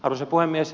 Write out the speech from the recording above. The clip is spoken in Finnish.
arvoisa puhemies